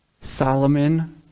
Solomon